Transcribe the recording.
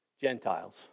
Gentiles